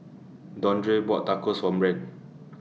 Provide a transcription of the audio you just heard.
Dondre bought Tacos For Brandt